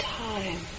time